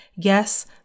Yes